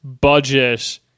budget